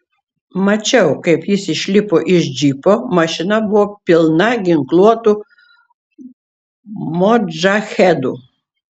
mačiau kaip jis išlipo iš džipo mašina buvo pilna ginkluotų modžahedų